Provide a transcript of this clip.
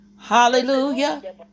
Hallelujah